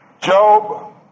Job